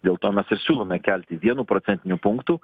dėl to mes ir siūlome kelti vienu procentiniu punktu